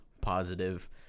positive